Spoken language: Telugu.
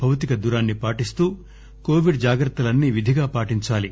భౌతిక దూరాన్ని పాటిస్తూ కోవిడ్ జాగ్రత్తలన్నీ విధిగా పాటించాలి